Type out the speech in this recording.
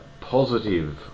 positive